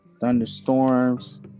Thunderstorms